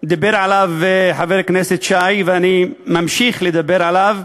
דיבר עליו חבר הכנסת שי, ואני ממשיך לדבר עליו: